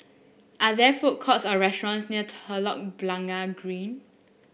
are there food courts or restaurants near Telok Blangah Green